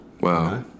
Wow